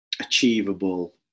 achievable